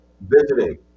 Visiting